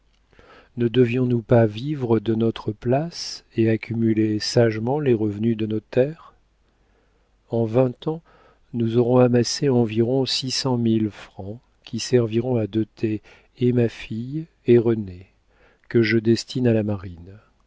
ne devions nous pas vivre de notre place et accumuler sagement les revenus de nos terres en vingt ans nous aurons amassé environ six cent mille francs qui serviront à doter et ma fille et rené que je destine à la marine